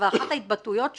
אבל אחת ההתבטאויות שלו,